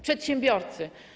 Przedsiębiorcy.